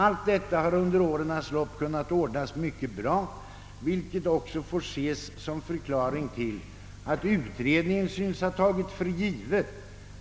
Allt detta har under årens lopp ordnats mycket bra, vilket också får ses som en förklaring till att utredningen synes ha tagit för givet